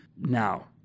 now